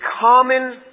common